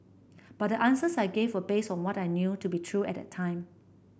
but the answers I gave were based on what I knew to be true at the time